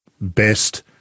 best